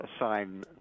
assign